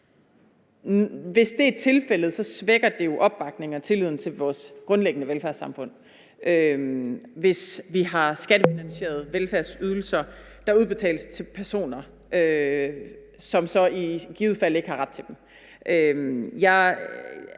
Hvis det er tilfældet, svækker det jo opbakningen og tilliden til vores grundlæggende velfærdssamfund, altså hvis vi har skattefinansierede velfærdsydelser, der udbetales til personer, som så i givet fald ikke har ret til dem.